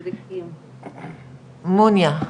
מוניה.